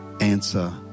answer